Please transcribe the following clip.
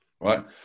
right